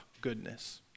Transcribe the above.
goodness